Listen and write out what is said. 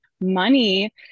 money